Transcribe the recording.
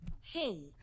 Hey